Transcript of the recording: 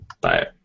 Bye